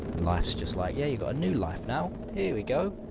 life's just like, yeah, you got a new life now! here we go!